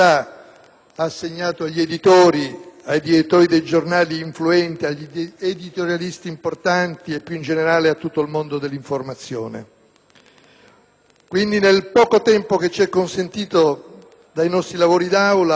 ha assegnato agli editori, ai direttori dei giornali influenti, agli editorialisti importanti e, più in generale, a tutto il mondo dell'informazione. Quindi, nel poco tempo che ci è consentito dai nostri lavori d'Aula,